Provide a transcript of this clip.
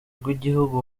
rw’igihugu